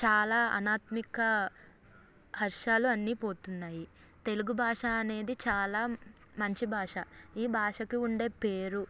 చాలా అణాత్మిక హర్షాలు అన్ని పోతున్నాయి తెలుగు భాష అనేది చాలా మంచి భాష ఈ భాషకు ఉండే పేరు